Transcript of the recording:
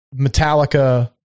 Metallica